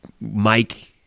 Mike